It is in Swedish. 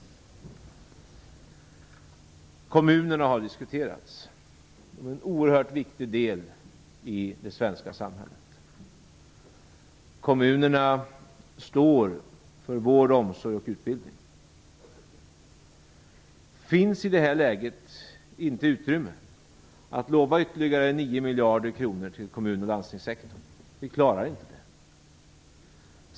Kommunerna har diskuterats. De är en oerhört viktig del i det svenska samhället. Kommunerna står för vård, omsorg och utbildning. I det här läget finns det inget utrymme för att lova ytterligare 9 miljarder kronor till kommun och landstingssektorn. Vi klarar inte det.